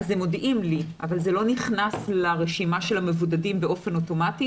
הם מודיעים לי אבל זה לא נכנס לרשימה של המבודדים באופן אוטומטי,